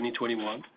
2021